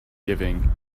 giving